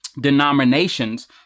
denominations